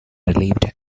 relieved